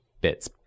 Bits